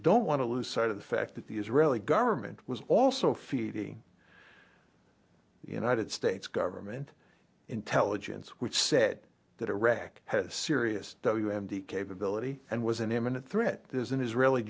don't want to lose sight of the fact that the israeli government was also feeding united states government intelligence which said that iraq had serious w m d capability and was an imminent threat there's an israeli